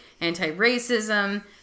anti-racism